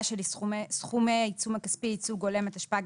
היום כ"ד בסיון התשפ"ג,